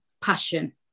passion